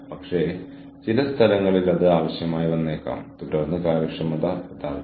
പക്ഷേ ഒരു സിനിമ എങ്ങനെ നിർമ്മിക്കപ്പെടുന്നുവെന്ന് കാണാൻ ഞാൻ ശരിക്കും ആഗ്രഹിക്കുന്നു